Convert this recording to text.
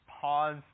pause